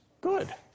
good